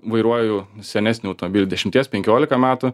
vairuoju senesnį autombilį dešimties penkiolika metų